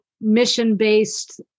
mission-based